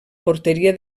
porteria